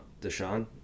Deshaun